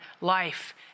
life